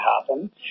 happen